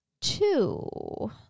two